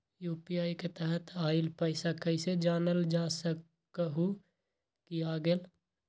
UPI के तहत आइल पैसा कईसे जानल जा सकहु की आ गेल?